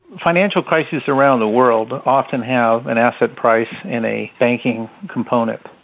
financial crises around the world often have an asset price and a banking component.